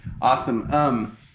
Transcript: Awesome